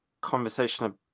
conversation